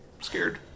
scared